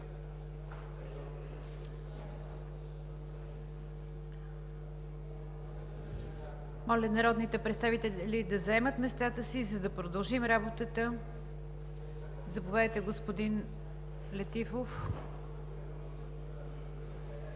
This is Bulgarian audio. Моля народните представители да заемат местата си, за да продължим работата. Заповядайте, господин Летифов